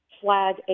flag